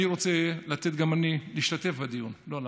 אני רוצה לתת גם אני, להשתתף בדיון, לא לענות.